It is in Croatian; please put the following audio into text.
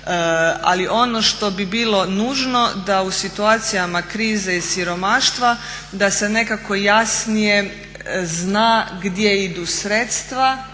ali ono što bi bilo nužno da u situacijama krize i siromaštva da se nekako jasnije zna gdje idu sredstva